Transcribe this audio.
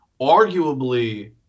arguably